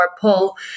pull